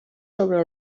sobre